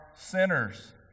sinners